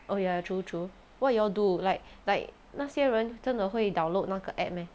oh ya true true what you all do like like 那些人真的会 download 那个 app meh